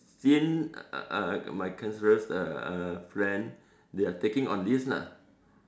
seen uh my cancerous uh friend they are taking on this lah